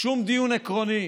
שום דיון עקרוני,